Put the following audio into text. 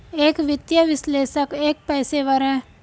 एक वित्तीय विश्लेषक एक पेशेवर है